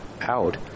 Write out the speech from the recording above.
out